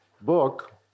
book